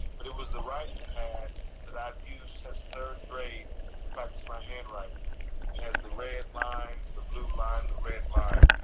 but it was the writing pad that i've used since third grade to practice my handwriting. it has the red line, the blue line, the red line.